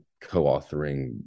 co-authoring